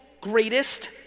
greatest